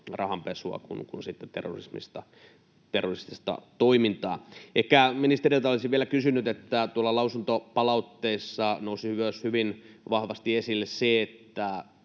kuin sitten terroristista toimintaa. Ehkä ministeriltä olisin vielä kysynyt: Tuolla lausuntopalautteissa nousi myös hyvin vahvasti esille se, että